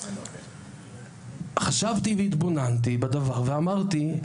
חשבתי והתבוננתי בדבר ואמרתי,